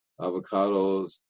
avocados